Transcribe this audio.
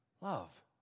love